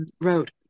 wrote